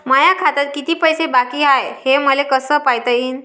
माया खात्यात किती पैसे बाकी हाय, हे मले कस पायता येईन?